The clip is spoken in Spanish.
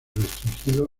restringido